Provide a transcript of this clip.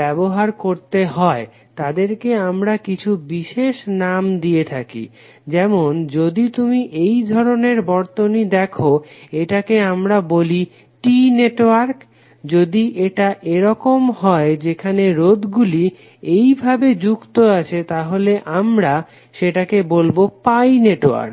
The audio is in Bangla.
ব্যবহার করতে হয় তাদেরকে আমরা কিছু বিশেষ নাম দিয়ে থাকি যেমন যদি তুমি এই ধরনের বর্তনী দেখো এটাকে আমরা বলি T নেটওয়ার্ক যদি এটা এইরকম হয় যেখানে রোধ গুলি এইভাবে যুক্ত আছে তাহলে আমরা সেটাকে বলবো পাই নেটওয়ার্ক